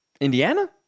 Indiana